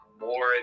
more